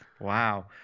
Wow